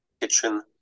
kitchen